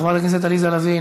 חברת הכנסת עליזה לביא,